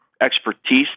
expertise